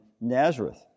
Nazareth